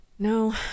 No